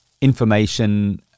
information